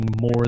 more